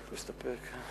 להסתפק.